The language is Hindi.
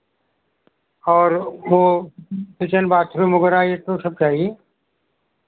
और वो किचन बाथरूम वगैरह ये तो सब चाहिए